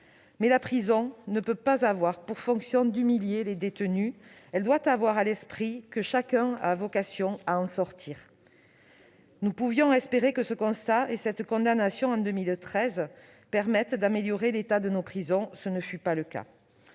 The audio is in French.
celle-ci ne peut pas avoir pour fonction d'humilier les détenus. Nous devons tous avoir à l'esprit que chacun a vocation à en sortir. Nous espérions que ce constat et cette condamnation, en 2013, permettent d'améliorer l'état de nos prisons. Tel n'a pas été le cas.